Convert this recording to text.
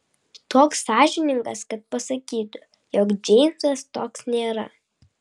toks sąžiningas kad pasakytų jog džeimsas toks nėra